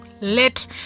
Let